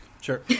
Sure